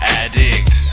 addict